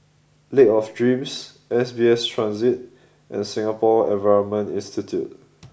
Lake of Dreams S B S Transit and Singapore Environment Institute